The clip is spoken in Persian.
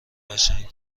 قشنگ